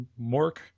Mork